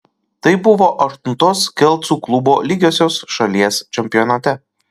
tai buvo aštuntos kelcų klubo lygiosios šalies čempionate